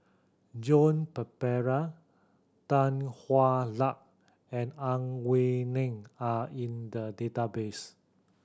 Joan Pereira Tan Hwa Luck and Ang Wei Neng are in the database